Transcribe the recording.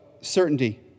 certainty